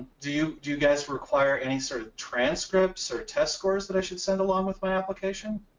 do you do you guys require any sort of transcripts or test scores that i should send along with my application?